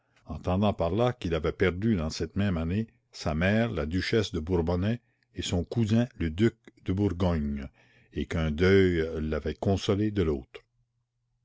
entendant par là qu'il avait perdu dans cette même année sa mère la duchesse de bourbonnais et son cousin le duc de bourgogne et qu'un deuil l'avait consolé de l'autre